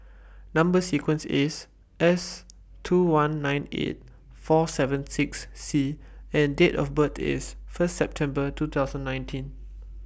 Number sequence IS S two one nine eight four seven six C and Date of birth IS First September two thousand nineteen